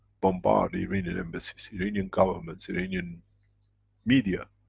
bombard the iranian embassies, iranian government, iranian media,